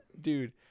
dude